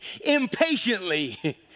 impatiently